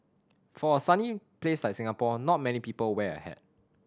for a sunny place like Singapore not many people wear a hat